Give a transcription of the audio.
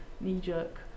knee-jerk